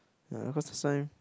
ya cause last time